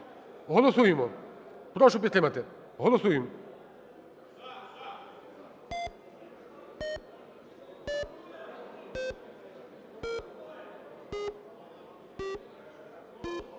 Голосуємо. Прошу підтримати. Голосуємо.